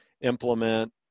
implement